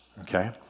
Okay